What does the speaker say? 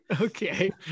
Okay